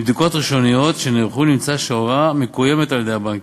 מבדיקות ראשוניות שנערכו נמצא שההוראה מקוימת על-ידי הבנקים.